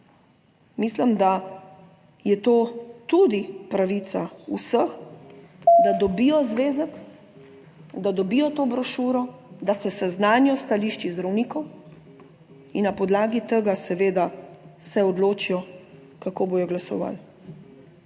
/ znak za konec razprave/ da dobijo zvezek, da dobijo to brošuro, da se seznanijo s stališči zdravnikov in na podlagi tega seveda se odločijo, kako bodo glasovali,